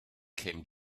came